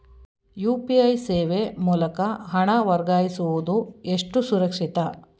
UPI ಸೇವೆ ಮೂಲಕ ಹಣ ವರ್ಗಾಯಿಸುವುದು ಎಷ್ಟು ಸುರಕ್ಷಿತ?